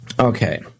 Okay